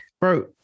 Bro